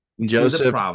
Joseph